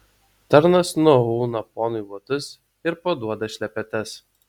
tarnas nuauna ponui batus ir paduoda šlepetes